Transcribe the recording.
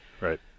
right